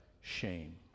shame